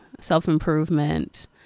self-improvement